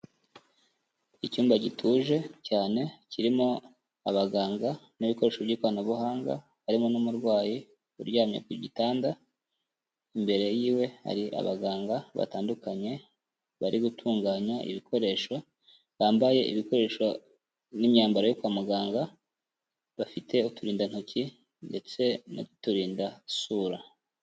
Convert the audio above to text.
Icyumba gituje cyane kirimo abaganga n'ibikoresho by'ikoranabuhanga, harimo n'umurwayi uryamye ku gitanda, imbere yiwe hari abaganga batandukanye bari gutunganya ibikoresho, bambaye ibikoresho n'imyambaro yo kwa muganga, bafite uturindantoki ndetse n'uturindasura.